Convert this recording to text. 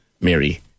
Mary